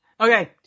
okay